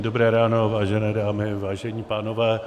Dobré ráno, vážené dámy, vážení pánové.